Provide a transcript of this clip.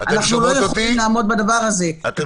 אתן שומעות אותי?